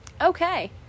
Okay